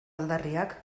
aldarriak